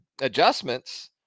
adjustments